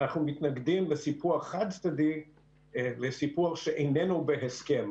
מתנגדים לסיפוח חד-צדדי, לסיפוח שאיננו בהסכם.